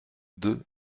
deux